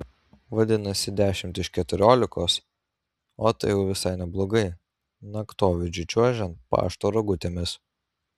vadinasi dešimt iš keturiolikos o tai jau visai neblogai naktovidžiu čiuožiant pašto rogutėmis